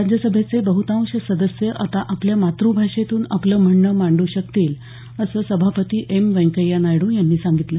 राज्यसभेचे बह्तांश सदस्य आता आपल्या मातृभाषेतून आपलं म्हणणं मांडू शकतील असं सभापती एम व्यंकय्या नायडू यांनी सांगितलं